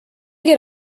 get